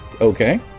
okay